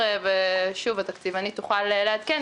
התקציבנית תוכל לעדכן,